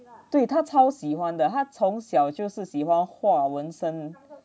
对他超喜欢的他从小就是喜欢画纹身